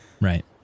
Right